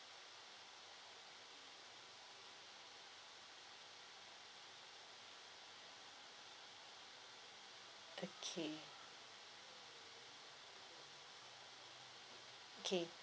okay okay